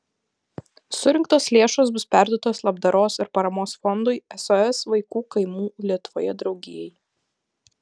surinktos lėšos bus perduotos labdaros ir paramos fondui sos vaikų kaimų lietuvoje draugijai